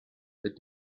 that